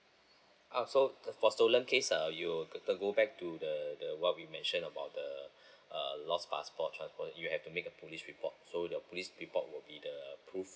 uh so for stolen case uh you to go back to the the what we mention about the uh lost passport transport you have to make a police report so the police report will be the proof